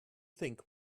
think